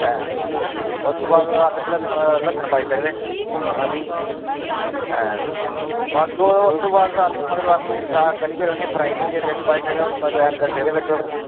उस तों बाद लस्सन पाई सकदे भुन्नियै ओह् बी बस उस तूं बाद आलू मतलब तुस आलुएं गी सुराख करियै फ्राई करियै बिच पाई सकदे ओ मतलब ऐड करी सकदे ओ तुस